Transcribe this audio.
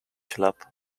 club